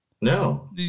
no